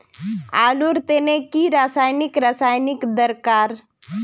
आलूर तने की रासायनिक रासायनिक की दरकार?